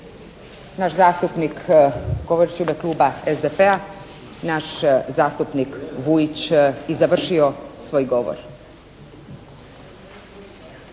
naš zastupnik … u ime kluba SDP-a, naš zastupnik Vujić i završio svoj govor.